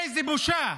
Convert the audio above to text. איזו בושה.